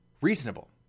reasonable